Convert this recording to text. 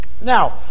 Now